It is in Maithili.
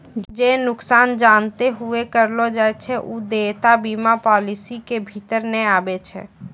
जे नुकसान जानते हुये करलो जाय छै उ देयता बीमा पालिसी के भीतर नै आबै छै